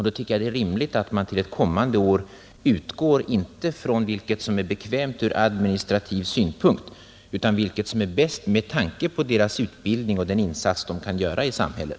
Då tycker jag att det är rimligt att man till ett kommande år utgår inte från vilket som är bekvämt ur administrativ synpunkt utan från vilket som är bäst med tanke på utbildningen och den insats vederbörande kan göra i samhället.